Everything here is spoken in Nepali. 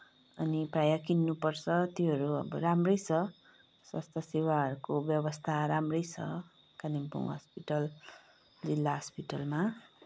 अनि प्राय किन्नु पर्छ त्योहरू अब राम्रै छ स्वास्थ्य सेवाहरूको व्यवस्था राम्रै छ कालिम्पोङ्ग हस्पिटल जिल्ला हस्पिटलमा